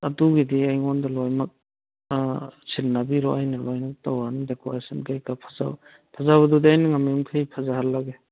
ꯑꯗꯨꯒꯤꯗꯤ ꯑꯩꯉꯣꯟꯗ ꯂꯣꯏꯃꯛ ꯑꯥ ꯁꯤꯟꯅꯕꯤꯔꯣ ꯑꯩꯅ ꯂꯣꯏꯅ ꯇꯧꯔꯅꯤ ꯗꯦꯀꯣꯔꯦꯁꯟ ꯀꯔꯤ ꯀꯔꯥ ꯐꯖꯕ ꯐꯖꯕꯗꯨꯗꯤ ꯑꯩꯅ ꯉꯝꯃꯤꯈꯩ ꯐꯖꯍꯜꯂꯒꯦ